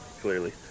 clearly